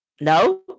No